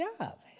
job